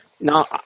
Now